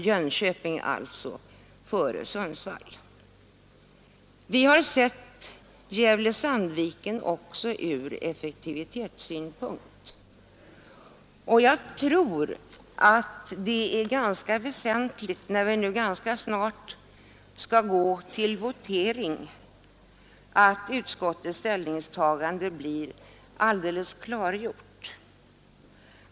Man har alltså föredragit Jönköping framför Sundsvall. Vi har också sett Gävle—Sandviken ur effektivitetssynpunkt. Jag tror att det är ganska väsentligt, när kammaren nu snart skall gå till votering, att utskottets ställningstagande blir helt klargjort.